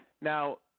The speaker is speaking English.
Now